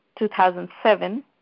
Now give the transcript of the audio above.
2007